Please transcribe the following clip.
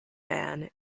man